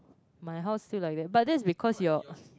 my house feel like that but that's because your